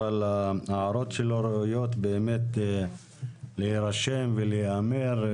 אבל ההערות שלו ראויות באמת להירשם ולהיאמר,